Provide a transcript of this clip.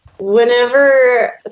Whenever